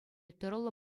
тӑрӑллӑ